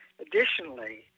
additionally